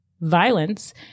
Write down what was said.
violence